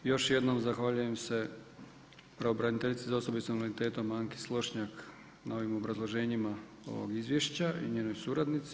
Još jednom zahvaljujem se pravobraniteljici za osobe s invaliditetom Anki Slošnjak na ovim obrazloženjima ovog izvješća i njenoj suradnici.